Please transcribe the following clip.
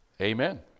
Amen